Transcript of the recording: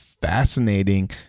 Fascinating